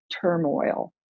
turmoil